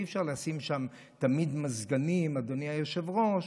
אי-אפשר לשים שם תמיד מזגנים, אדוני היושב-ראש,